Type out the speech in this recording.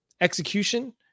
execution